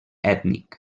ètnic